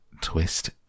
Twist